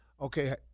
Okay